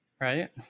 Right